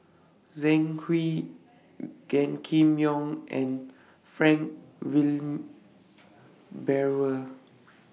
Zhang Hui Gan Kim Yong and Frank Wilmin Brewer